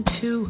two